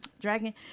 dragon